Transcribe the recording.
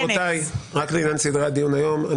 לעניין סדרי הדיון היום,